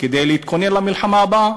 כדי להתכונן למלחמה הבאה.